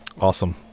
Awesome